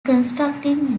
constructing